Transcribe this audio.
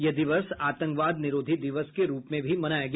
यह दिवस आतंकवाद निरोधी दिवस के रूप में भी मनाया गया